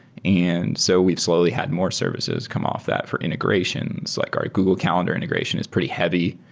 and so we've slowly had more services come off that for integrations, like our google calendar integration is pretty heavy.